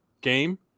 game